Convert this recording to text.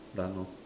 done hor